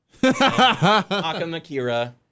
Akamakira